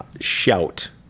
Shout